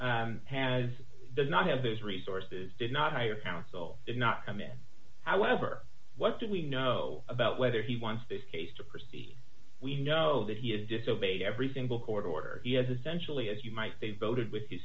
good has does not have those resources did not hire counsel did not come in however what do we know about whether he wants this case to proceed we know that he had disobeyed every single court order he has essentially as you might they voted with